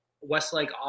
Westlake